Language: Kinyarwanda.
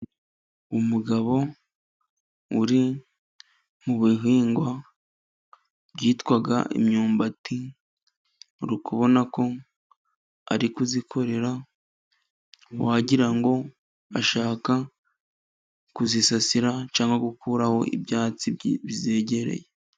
Umugabo uri mu bihingwa bwitwa imyumbati, urikubona ko arikuzikorera wagirango ngo ashaka kuzisasira, cyangwa gukuraho ibyatsi bizegereye.